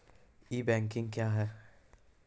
ई banking क्या हैं?